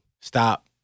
stop